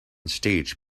stage